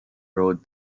road